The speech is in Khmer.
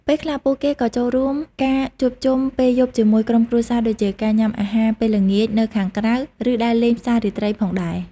ពេលខ្លះ ពួកគេក៏ចូលរួមការជួបជុំពេលយប់ជាមួយក្រុមគ្រួសារដូចជាការញ៉ាំអាហារពេលល្ងាចនៅខាងក្រៅ ឬដើរលេងផ្សាររាត្រីផងដែរ។